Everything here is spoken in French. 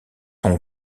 sont